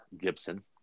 Gibson